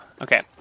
Okay